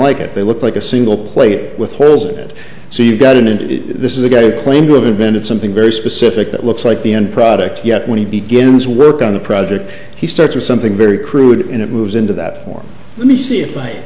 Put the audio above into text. like it they look like a single plate with holes that so you got in and this is a guy who claimed to have invented something very specific that looks like the end product yet when he begins work on the project he starts with something very crude and it moves into that form let me see if i